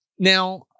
Now